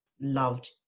loved